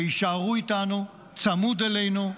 שיישארו איתנו, צמוד אלינו,